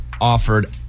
offered